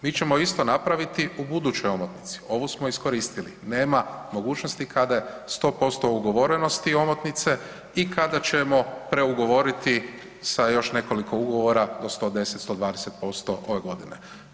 Mi ćemo isto napraviti u budućoj omotnici, ovu smo iskoristili, nema mogućnosti kada je 100% ugovorenosti omotnice i kada ćemo preugovoriti sa još nekoliko ugovora do 110-120% ove godine.